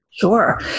sure